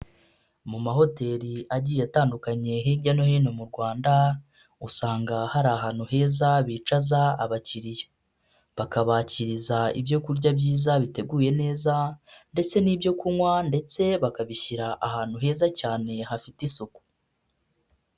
Mu mahoteli agiye atandukanye hirya no hino mu Rwanda, usanga hari ahantu heza bicaza abakiriya, bakabakiriza ibyo kurya byiza biteguye neza ndetse n'ibyo kunywa ndetse bakabishyira ahantu heza cyane hafite isuku.